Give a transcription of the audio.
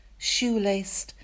shoelaced